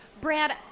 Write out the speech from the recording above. Brad